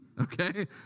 Okay